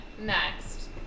next